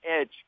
edge